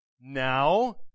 now